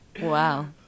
Wow